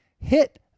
hit